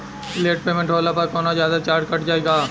Late payment होला पर कौनोजादे चार्ज कट जायी का?